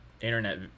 internet